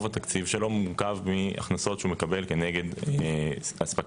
רוב התקציב שלו מורכב מהכנסות שהוא מקבל כנגד אספקת